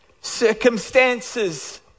circumstances